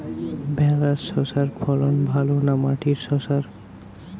ভেরার শশার ফলন ভালো না মাটির শশার?